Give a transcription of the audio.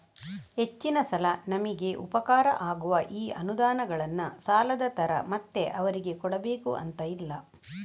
ಹೆಚ್ಚಿನ ಸಲ ನಮಿಗೆ ಉಪಕಾರ ಆಗುವ ಈ ಅನುದಾನಗಳನ್ನ ಸಾಲದ ತರ ಮತ್ತೆ ಅವರಿಗೆ ಕೊಡಬೇಕು ಅಂತ ಇಲ್ಲ